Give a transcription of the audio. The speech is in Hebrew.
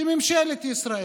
שממשלת ישראל